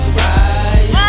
right